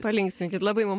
palinksminkit labai mum